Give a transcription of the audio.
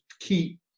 keep